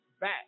Back